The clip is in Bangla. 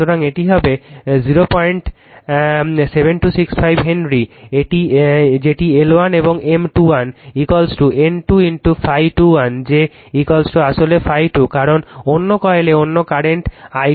সুতরাং এটি হবে 07265 হেনরি যেটি L1 এবং M21 N 2 ∅2 1 যে আসলে ∅2 কারণ অন্য কয়েলে কোন কারেন্ট i2 0 নেই